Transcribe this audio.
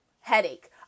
headache